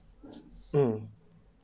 um